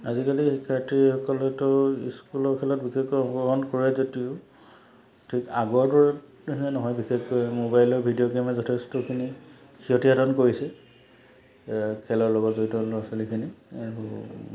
আজিকালি শিক্ষাৰ্থীসকলেতো স্কুলৰ খেলত বিশেষকৈ অংশগ্ৰহণ কৰে যদিও ঠিক আগৰ দৰে সেয়া নহয় বিশেষকৈ মোবাইলৰ ভিডিঅ' গেমে যথেষ্টখিনি ক্ষতি সাধন কৰিছে খেলৰ লগৰ জড়িত ল'ৰা ছোৱালীখিনি আৰু